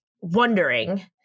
wondering